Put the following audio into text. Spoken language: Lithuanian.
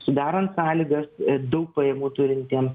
sudarant sąlygas daug pajamų turintiem